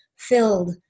Filled